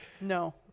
no